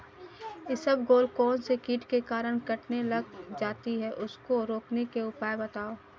इसबगोल कौनसे कीट के कारण कटने लग जाती है उसको रोकने के उपाय बताओ?